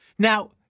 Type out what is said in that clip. Now